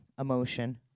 emotion